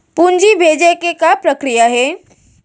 पूंजी भेजे के का प्रक्रिया हे?